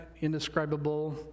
indescribable